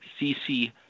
CC